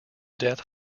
death